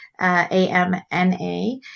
A-M-N-A